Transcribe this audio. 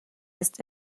ist